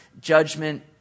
judgment